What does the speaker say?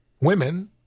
Women